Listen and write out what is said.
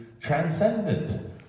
transcendent